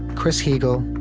chris heagle,